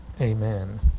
Amen